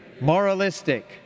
moralistic